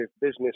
business